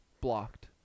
blocked